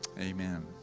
amen.